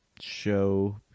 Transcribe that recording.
show